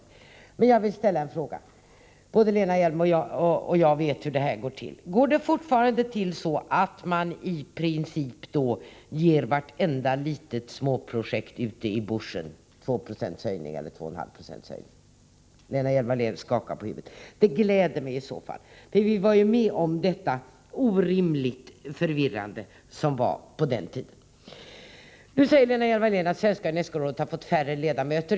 Både Lena Hjelm-Wallén och jag känner till förhållandena. Jag vill ställa frågan: Går det fortfarande till så att man i princip ger vartenda litet småprojekt ute i buschen 2 eller 2,5 70 höjning? Lena Hjelm-Wallén skakar på huvudet. Det gläder mig. Vi har ju tidigare fått uppleva orimligt förvirrande förhållanden. Lena Hjelm-Wallén säger att Svenska unescorådet har fått färre ledamöter.